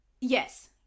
Yes